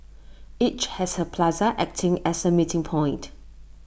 each has A plaza acting as A meeting point